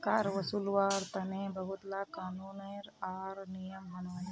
कर वासूल्वार तने बहुत ला क़ानून आर नियम बनाल गहिये